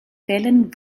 fehlen